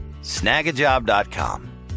snagajob.com